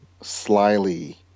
slyly